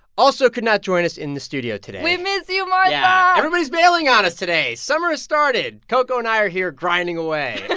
also could not join us in the studio today we miss you, martha yeah. everybody's bailing on us today. summer has started. coco and i are here grinding away.